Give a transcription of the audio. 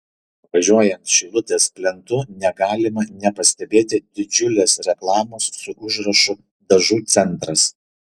važiuojant šilutės plentu negalima nepastebėti didžiulės reklamos su užrašu dažų centras